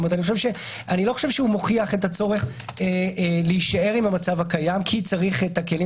הוא לא הוכיח את הצורך להישאר במצב הקיים כי צריך את הכלים